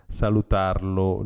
salutarlo